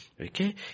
Okay